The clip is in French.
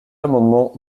amendement